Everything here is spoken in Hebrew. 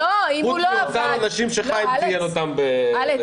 חוץ מאותם אנשים שחיים ציין אותם בתחילת